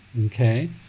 okay